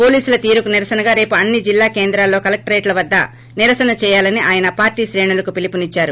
పోలీసుల తీరుకు నిరసనగా రేపు అన్ని జిల్లా కేంద్రాల్లోని కలెక్టరేట్ల వద్ద నిరసన చేయాలని ఆయన పార్టీ శ్రేణులకు పిలుపునిద్చారు